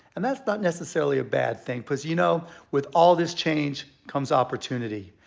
and that's not necessarily a bad thing cause you know with all this change comes opportunity.